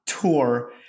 tour